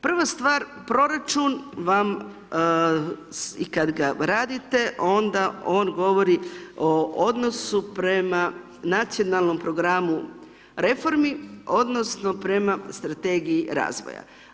Prva stvar proračun vam i kad ga radite onda on govori o odnosu prema nacionalnom programu reformi odnosno prema strategiji razvoja.